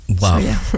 Wow